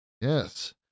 yes